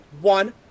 one